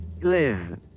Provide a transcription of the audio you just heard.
live